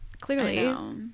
clearly